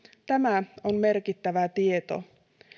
tämä on merkittävä tieto